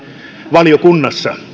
valiokunnassa